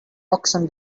auction